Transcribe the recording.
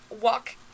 walk